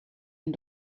den